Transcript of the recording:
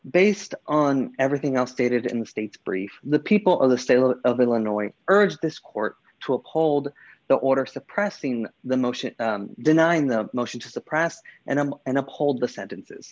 based on everything else stated in the state's brief the people of the state of illinois urged this court to uphold the order suppressing the motion denying the motion to suppress and i'm in uphold the sentences